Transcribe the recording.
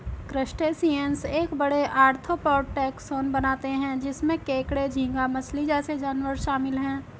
crustaceans एक बड़े, arthropod taxon बनाते हैं जिसमें केकड़े, झींगा मछली जैसे जानवर शामिल हैं